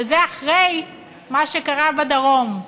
וזה אחרי מה שקרה בדרום,